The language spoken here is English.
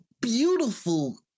beautiful